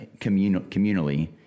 communally